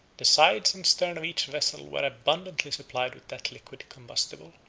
the sides and stern of each vessel were abundantly supplied with that liquid combustible.